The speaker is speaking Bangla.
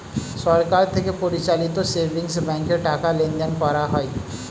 সরকার থেকে পরিচালিত সেভিংস ব্যাঙ্কে টাকা লেনদেন করা হয়